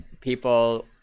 people